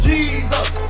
Jesus